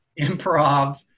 improv